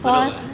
bedok ah